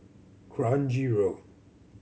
Kranji Road